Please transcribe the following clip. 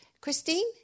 christine